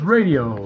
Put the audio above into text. Radio